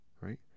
right